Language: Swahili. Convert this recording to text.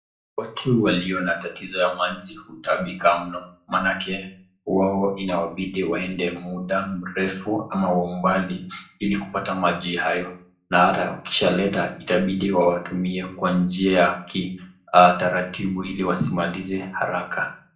Watu waliona tatizo ya maji hutaabika mno, manake wao inawabidi waende mda mrefu ama umbali ili kupata maji hayo, na hata wakishaaleta itabidi watumie kwa njia kitaratibu ili wasimalize haraka.